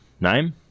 name